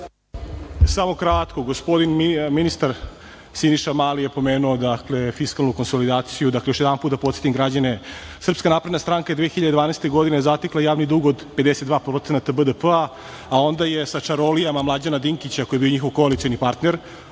Samo kratko. Gospodin ministar Siniša Mali je pomenuo da fiskalnu konsolidaciju. Još jednom da podsetim građane, SNS je 2012. godine zatekla javni dug od 52% BDP, a onda je sa čarolijama Mlađana Dinkića, koji je bio njihov koalicioni partner,